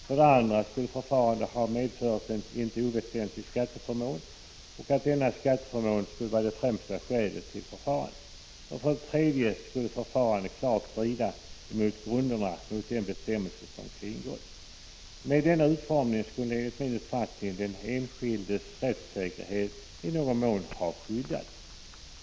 För det andra skulle det ha medfört en inte oväsentlig skatteförmån, och denna skatteförmån skulle vara det främsta skälet för förfarandet. För det tredje skulle förfarandet klart strida mot grunderna för den bestämmelse som hade kringgåtts. Med denna utformning skulle, enligt min uppfattning, den enskildes rättssäkerhet i någon mån ha skyddats.